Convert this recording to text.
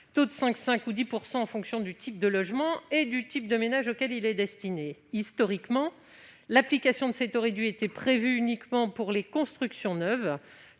taux de 5,5 % ou 10 %, ce en fonction du type de logement et du type de ménages auxquels ils sont destinés. Historiquement, l'application de ces taux réduits était prévue uniquement pour les constructions neuves.